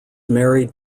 married